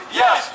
yes